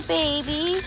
baby